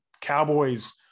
Cowboys